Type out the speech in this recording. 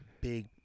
big